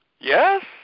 Yes